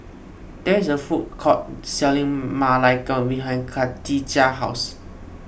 there is a food court selling Ma Lai Gao behind Kadijah's house